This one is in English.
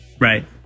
right